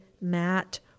Matt